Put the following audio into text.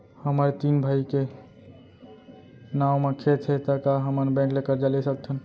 हमर तीन भाई के नाव म खेत हे त का हमन बैंक ले करजा ले सकथन?